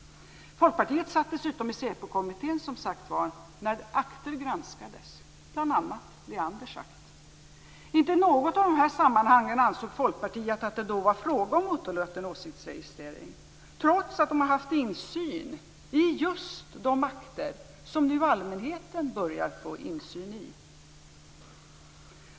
Folkpartiet satt som sagt var dessutom i SÄPO Inte i något av dessa sammanhang ansåg Folkpartiet att det var frågan om otillåten åsiktsregistrering, trots att de har haft insyn i just de akter som allmänheten nu börjar få insyn i.